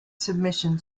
submission